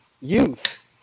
youth